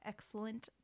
excellent